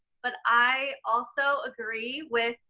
but i also agree with,